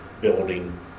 building